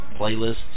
playlists